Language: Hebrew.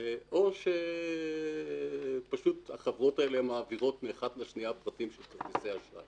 או שפשוט החברות האלה מעבירות מאחת לשנייה פרטים של כרטיסי האשראי